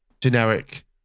generic